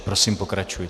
Prosím, pokračujte.